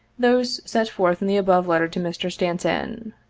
those set forth in the above letter to mr. stanton.